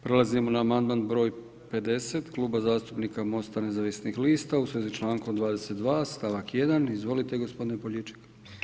Prelazimo na amandman broj 50 Kluba zastupnika Mosta nezavisnih lista u svezi s člankom 22. stavak 1. Izvolite gospodine Poljičak.